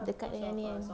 dekat dengan ni kan